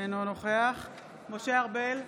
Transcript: אינו נוכח משה ארבל,